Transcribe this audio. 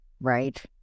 Right